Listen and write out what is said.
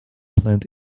plant